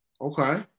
Okay